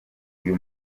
uyu